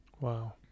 Wow